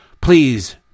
Please